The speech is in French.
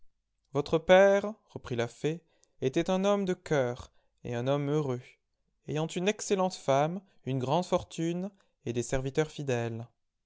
votre père reprit la fée était un homme de cœur et un homme heureux ayant une excellente femme une grande fortune et des serviteurs fidèles